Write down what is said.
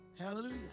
Hallelujah